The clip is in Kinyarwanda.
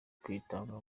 kwitanga